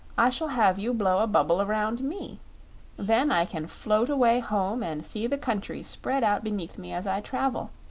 i shall have you blow a bubble around me then i can float away home and see the country spread out beneath me as i travel.